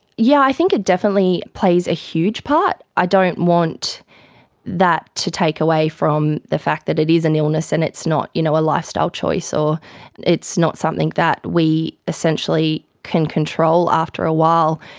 yeah, i think it definitely plays a huge part. i don't want that to take away from the fact that it is an illness and it's not you know a lifestyle choice or it's not something that we essentially can control after a while.